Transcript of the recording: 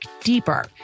deeper